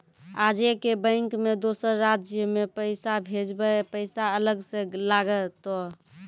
आजे के बैंक मे दोसर राज्य मे पैसा भेजबऽ पैसा अलग से लागत?